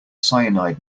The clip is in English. cyanide